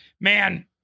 man